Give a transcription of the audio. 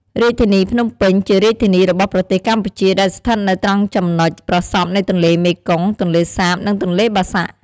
រាជធានីភ្នំពេញ ជារាជធានីរបស់ប្រទេសកម្ពុជា ដែលស្ថិតនៅត្រង់ចំណុចប្រសព្វនៃទន្លេមេគង្គ ទន្លេសាប និងទន្លេបាសាក់។